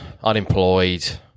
unemployed